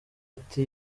ati